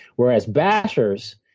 whereas, bashers,